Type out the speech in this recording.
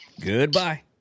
Goodbye